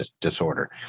disorder